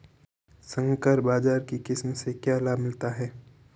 संकर बाजरा की किस्म से क्या लाभ मिलता है?